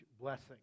blessing